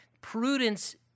prudence